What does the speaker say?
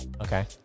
Okay